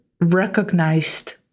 recognized